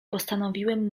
postanowiłem